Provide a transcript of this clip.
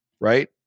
right